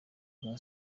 rwa